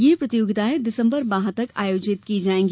ये प्रतियोगिताएं दिसंबर माह तक आयोजित की जाएगी